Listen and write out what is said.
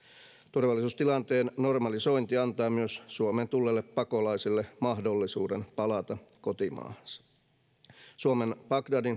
turvallisuustilanteen normalisointi antaa myös suomeen tulleille pakolaisille mahdollisuuden palata kotimaahansa suomen bagdadin